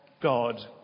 God